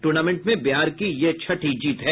tournament में बिहार की यह छठी जीत है